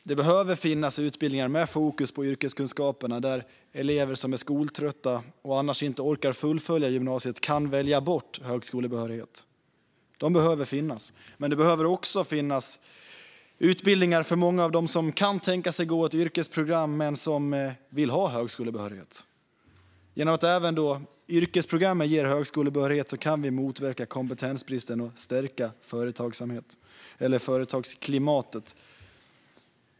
Det behöver finnas utbildningar med fokus på yrkeskunskaper, där elever som är skoltrötta och annars inte orkar fullfölja gymnasiet kan välja bort högskolebehörighet. Men det behöver också finnas utbildningar för många av dem som kan tänka sig att gå ett yrkesprogram men vill ha högskolebehörighet. Genom att även yrkesprogrammen ger högskolebehörighet kan vi motverka kompetensbristen och stärka företagsklimatet.